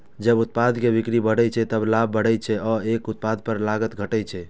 जब उत्पाद के बिक्री बढ़ै छै, ते लाभ बढ़ै छै आ एक उत्पाद पर लागत घटै छै